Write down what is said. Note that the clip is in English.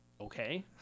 Okay